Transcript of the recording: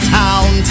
town